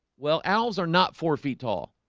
well alves are not four feet tall